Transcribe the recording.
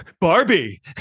Barbie